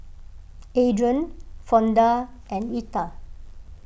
Adrian Fonda and Retha